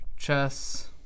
Chess